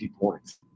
points